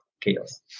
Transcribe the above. chaos